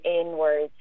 inwards